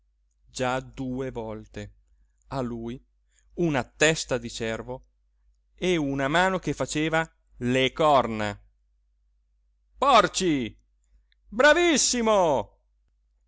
già due volte a lui una testa di cervo e una mano che faceva le corna porci bravissimo